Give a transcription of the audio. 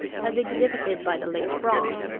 as exhibited by the late braham